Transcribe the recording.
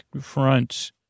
front